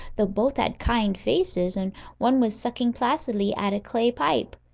though both had kind faces, and one was sucking placidly at a clay pipe.